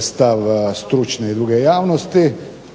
stav stručne ili druge javnosti